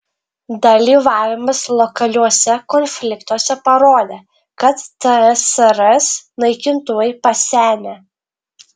dalyvavimas lokaliuose konfliktuose parodė kad tsrs naikintuvai pasenę